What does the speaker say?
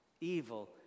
evil